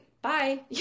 Bye